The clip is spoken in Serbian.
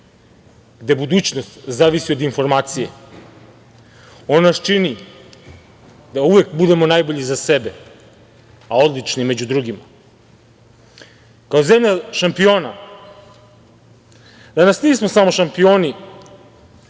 gde budućnost zavisi od informacije. On nas čini da uvek budemo najbolji za sebe, a odlični među drugima. Kao zemlja šampiona, danas nismo samo šampioni